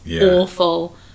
awful